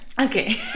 Okay